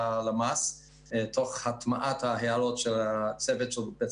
ללמ"ס תוך הטמעת ההערות של הצוות בית